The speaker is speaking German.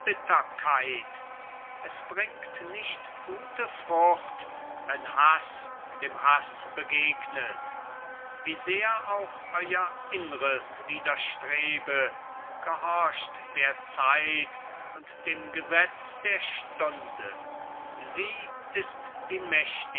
es bringt nicht gute frucht wenn haß dem haß begegnet wie sehr auch euer innres widerstrebe gehorcht der zeit und dem gesetz der stunde sie ist die